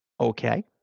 Okay